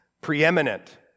preeminent